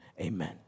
Amen